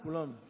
לכולם.